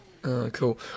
Cool